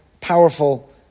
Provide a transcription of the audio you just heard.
powerful